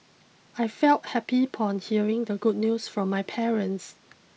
I felt happy upon hearing the good news from my parents